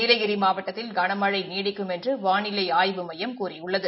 நீலகிரி மாவட்டத்தில் கனமழை நீடிக்கும் என்று வானிலை ஆய்வு ஸையம் கூறியுள்ளது